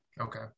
Okay